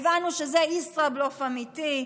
הבנו שזה ישראבלוף אמיתי,